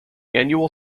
annual